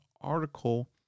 article